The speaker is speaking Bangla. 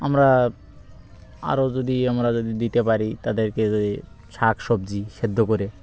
আমরা আরও যদি আমরা যদি দিতে পারি তাদেরকে যদি শাক সবজি সেদ্ধ করে